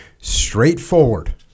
Straightforward